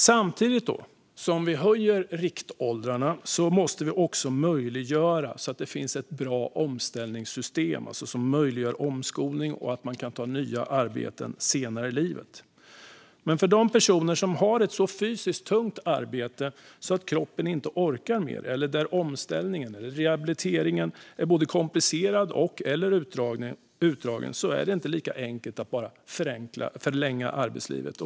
Samtidigt som vi höjer riktåldrarna måste vi också möjliggöra ett bra omställningssystem som gör omskolning möjlig och ser till att man kan ta nya arbeten senare i livet. För de personer som har ett så fysiskt tungt arbete att kroppen inte orkar mer, eller där omställningen och rehabiliteringen är både komplicerad och utdragen, är det inte lika enkelt att bara förlänga arbetslivet.